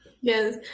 Yes